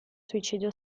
suicidio